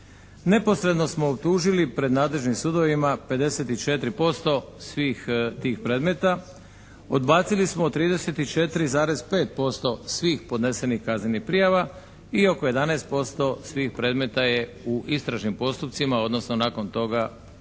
Neposredno smo utužili pred nadležnim sudovima 54% svih tih predmeta, odbacili smo 34,5% svih podnesenih kaznenih prijava i oko 11% svih predmeta je u istražnim postupcima odnosno nakon toga u